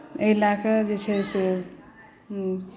एहि लए कऽ जे छै से